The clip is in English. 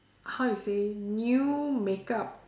how to say new makeup